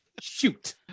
shoot